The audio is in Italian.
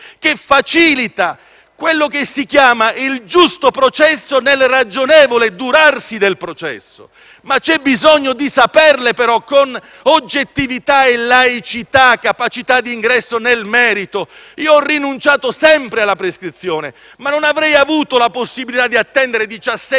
quello che si chiama il giusto processo nella ragionevole durata del processo. Ma c'è bisogno di saperlo, però, con oggettività e laicità, capacità di ingresso nel merito. Io ho rinunciato sempre alla prescrizione, ma non avrei avuto la possibilità di attendere diciassette anni, come il sindaco di Castellaneta.